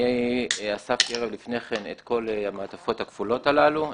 אני אספתי ערב לפני כן את כל המעטפות הכפולות הללו.